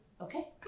Okay